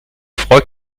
froid